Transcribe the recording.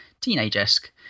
teenage-esque